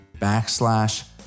backslash